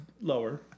lower